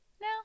now